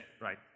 right